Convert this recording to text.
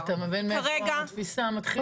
אבל אתה מבין מאיפה התפיסה מתחילה?